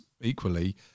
equally